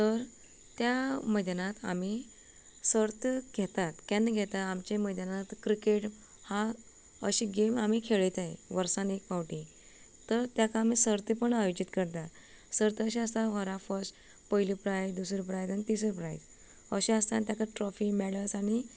तर त्या मैदानांत आमी सर्त घेतात केन्ना घेतात आमच्या मैदानार क्रिकेट अशी गेम आमी खेळयताय वर्सान एक फावटी तर ताका आमी सर्त पण आयोजीत करतात सर्त अशी आसता वरा फर्स्ट पयली प्रायज दुसरो प्रायज आनी तिसरो प्रायज अशें आसा तांकां ट्रॉफी मॅडल्स आनी